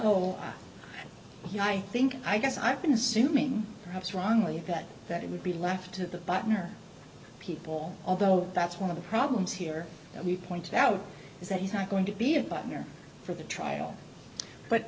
know i think i guess i've been assuming perhaps wrongly that that it would be left to the butler people although that's one of the problems here you pointed out is that he's not going to be a partner for the trial but